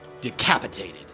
decapitated